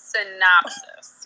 Synopsis